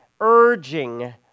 urging